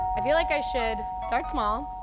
i feel like i should start small,